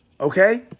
Okay